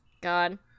God